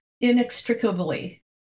inextricably